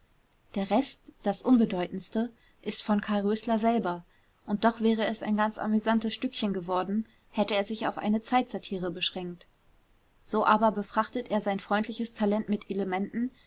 der rest das unbedeutendste ist von karl rößler selber und doch wäre es ein ganz amüsantes stückchen geworden hätte er sich auf eine zeitsatire beschränkt so aber befrachtet er sein freundliches talent mit elementen